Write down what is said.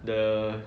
the